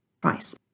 price